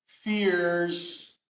fears